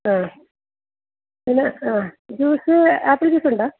ആ പിന്നെ ആ ജ്യൂസ് ആപ്പിൾ ജ്യൂസ് ഉണ്ടോ